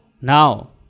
Now